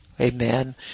Amen